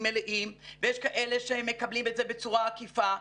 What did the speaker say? מלאים ויש כאלה שהם מקבלים את זה בצורה עקיפה.